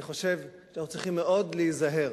אני חושב שאנחנו צריכים מאוד להיזהר